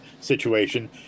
situation